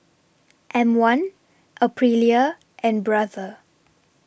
M one Aprilia and Brother